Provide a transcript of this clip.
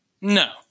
No